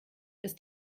ist